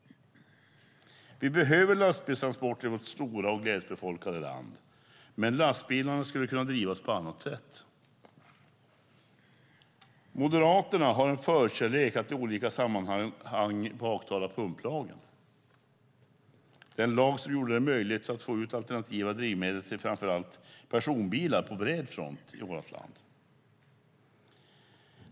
Vi behöver lastbilstransporter i vårt stora och glesbefolkade land, men lastbilarna skulle kunna drivas på annat sätt. Moderaterna har en förkärlek för att i olika sammanhang baktala pumplagen, den lag som gjorde det möjligt att få ut alternativa drivmedel till framför allt personbilar på bred front i vårt land.